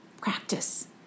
practice